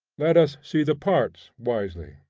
let us see the parts wisely,